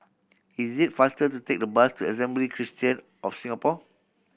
is it faster to take the bus to Assembly Christian of Singapore